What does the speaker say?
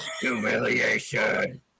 Humiliation